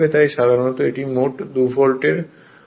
তাই সাধারণত এটি মোট 2 ভোল্ট এর হবে